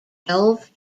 twelve